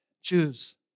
choose